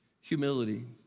Humility